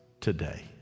today